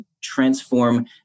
transform